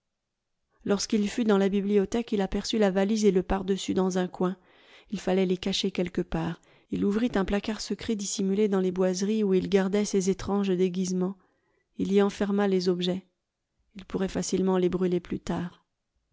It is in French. lorsqu'il fut dans la bibliothèque il aperçut la valise et le pardessus dans un coin il fallait les cacher quelque part il ouvrit un placard secret dissimulé dans les boiseries où il gardait ses étranges déguisements il y enferma les objets il pourrait facilement les brûler plus tard